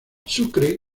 sucre